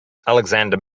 alexander